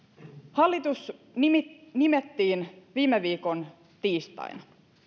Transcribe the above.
hallitus nimettiin viime viikon tiistaina